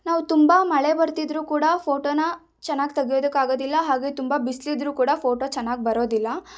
ನಾವು ತುಂಬ ಮಳೆ ಬರ್ತಿದ್ರು ಕೂಡ ಫೋಟೋನ ಚೆನ್ನಾಗಿ ತೆಗೆಯೋದಕ್ಕಾಗೋದಿಲ್ಲ ಹಾಗೆ ತುಂಬ ಬಿಸಿಲಿದ್ರೂ ಕೂಡ ಫೋಟೊ ಚೆನ್ನಾಗಿ ಬರೋದಿಲ್ಲ